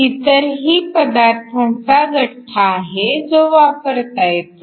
इतरही पदार्थांचा गठ्ठा आहे जो वापरता येतो